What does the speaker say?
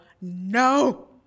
No